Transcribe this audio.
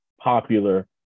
popular